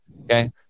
Okay